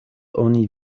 oni